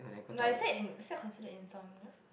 no is that in is that considered insomnia